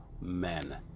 men